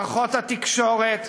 מערכות התקשורת,